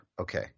okay